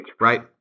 Right